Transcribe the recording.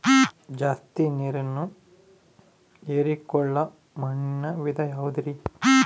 ಜಾಸ್ತಿ ನೇರನ್ನ ಹೇರಿಕೊಳ್ಳೊ ಮಣ್ಣಿನ ವಿಧ ಯಾವುದುರಿ?